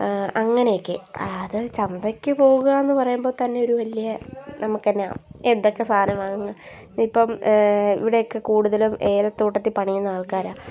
അങ്ങനെയൊക്കെ അത് ചന്തക്ക് പോകുകയെന്ന് പറയുമ്പോൾ തന്നെ ഒരു വലിയ നമുക്കെന്നാൽ എന്തൊക്കെ സാധനങ്ങളാണെന്ന് ഇപ്പം ഇവിടെയൊക്കെ കൂടുതലും ഏലത്തോട്ടത്തിൽ പണിയുന്ന ആൾക്കാരാണ്